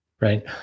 right